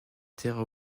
terres